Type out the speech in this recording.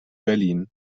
berlin